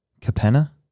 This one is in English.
Capena